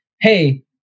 hey